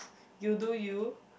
you do you